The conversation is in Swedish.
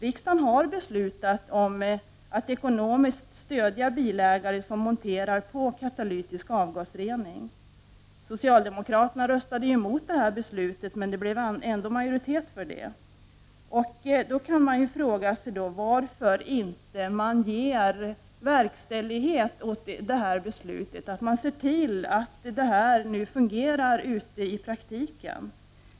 Riksdagen har beslutat att ekonomiskt stödja bilägare som monterar på katalytisk avgasrening. Socialdemokraterna röstade mot det förslaget, men det blev ändå majoritet för det. Varför verkställer man inte det beslutet, ser till att det fungerar i praktiken?